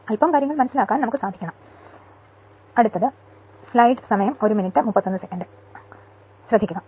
അൽപം കാര്യങ്ങൾ മനസ്സിലാക്കാൻ നമുക്കു സാധിക്കണമെന്നേ ഉള്ളൂ